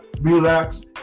relax